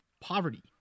poverty